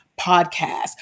podcast